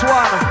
one